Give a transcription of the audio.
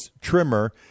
trimmer